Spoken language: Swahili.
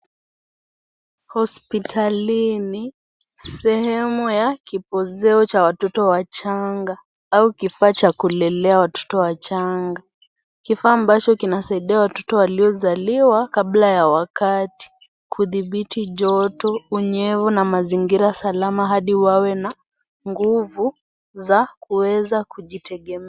Hospitalini, sehemu ya kipozeo cha watoto wachanga au kifaa cha kulelea watoto wachanga. Kifaa ambacho kinasaidia watoto waliozaliwa kabla ya wakati, kudhibithi joto, unyevu na mazingira salama Hadi wawe na nguvu za kuweza kujitegemea.